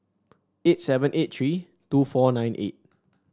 eight seven eight three two four nine eight